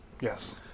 Yes